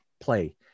play